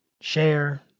share